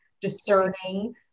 discerning